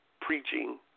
preaching